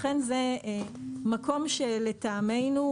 לכן זה מקום שלטעמנו,